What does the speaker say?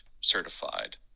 certified